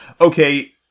okay